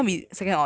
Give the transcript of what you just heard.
不明白